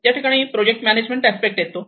या ठिकाणी project management aspect येतो